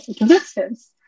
existence